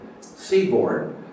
seaboard